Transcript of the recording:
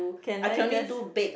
can I just